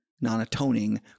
non-atoning